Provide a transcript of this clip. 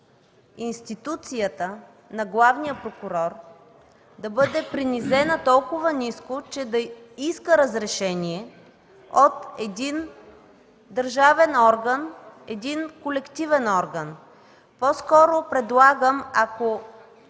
институцията на Главния прокурор да бъде принизена толкова ниско, че да иска разрешение от един държавен орган, колективен орган. По-скоро предлагам, ако